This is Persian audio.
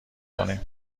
کنیم